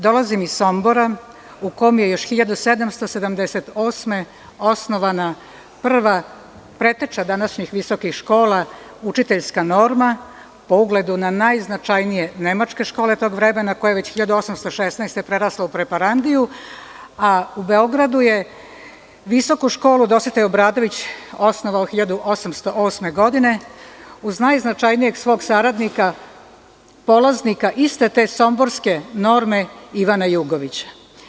Dolazim iz Sombora u kom je još 1778. godine osnovana prva preteča današnjih visokih škola „Učiteljska norma“ po ugledu na najznačajnije nemačke škole tog vremena, koja je već 1816. prerasla u „Preparandiju“, a u Beogradu je „Visoku školu“ Dositej Obradović osnovao 1808. godine uz najznačajnijeg svog saradnika polaznika iste te somborske „Norme“ Ivana Jugovića.